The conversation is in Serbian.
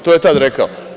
To je tada rekao.